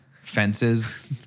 fences